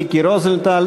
מיקי רוזנטל,